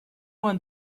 one